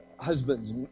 husbands